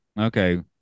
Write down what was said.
Okay